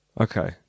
Okay